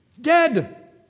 Dead